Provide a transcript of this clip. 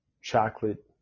chocolate